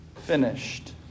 finished